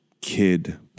kid